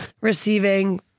receiving